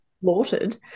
slaughtered